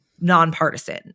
nonpartisan